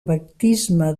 baptisme